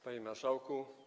Panie Marszałku!